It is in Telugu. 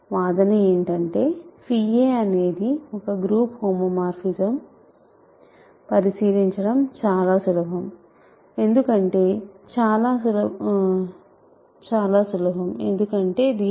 వాదన ఏంటంటే aఅనేది ఒక గ్రూప్ హోమోమార్ఫిజం పరిశీలించడం చాలా సులభం ఎందుకంటే చాలా సులభం ఎందుకంటే దీనిని axy ax